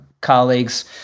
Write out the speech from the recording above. colleagues